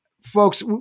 folks